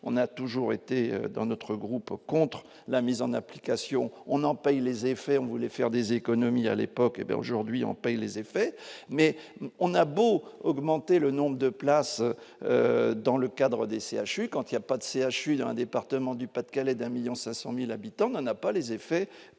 on a toujours été dans notre groupe, contre la mise en application, on en paye les effets, on voulait faire des économies à l'époque, hé bien aujourd'hui on paye les effets mais on a beau augmenter le nombre de places dans le cadre des CHU quand il y a pas de CHU dans un département du Pas-de-Calais d'un 1000000 500000 habitants n'a pas les effets